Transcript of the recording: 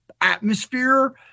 atmosphere